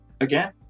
again